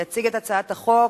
יציג את הצעת החוק